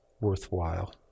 worthwhile